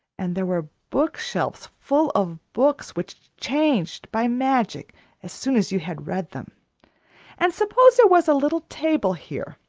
and there were book-shelves full of books, which changed by magic as soon as you had read them and suppose there was a little table here,